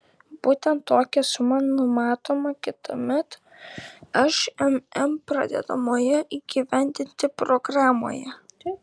būtent tokia suma numatoma kitąmet šmm pradedamoje įgyvendinti programoje